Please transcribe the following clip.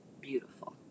beautiful